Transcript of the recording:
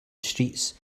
streets